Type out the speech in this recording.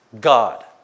God